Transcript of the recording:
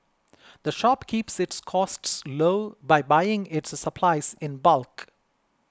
the shop keeps its costs low by buying its supplies in bulk